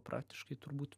praktiškai turbūt